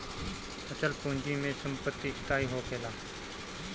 अचल पूंजी में संपत्ति स्थाई होखेला